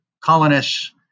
colonists